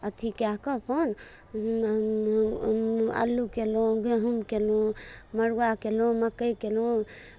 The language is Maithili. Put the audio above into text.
अथि कए कऽ अपन अल्लू कयलहुँ गहुँम कयलहुँ मड़ुआ कयलहुँ मक्कइ कयलहुँ